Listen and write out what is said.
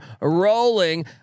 rolling